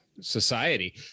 society